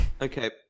Okay